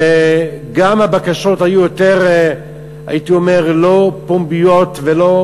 וגם הבקשות היו יותר לא פומביות ולא